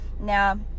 Now